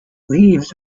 leaves